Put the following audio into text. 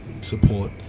support